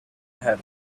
have